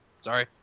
sorry